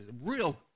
real